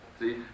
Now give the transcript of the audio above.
See